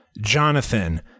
Jonathan